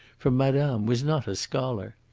for madame was not a scholar.